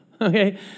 okay